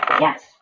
Yes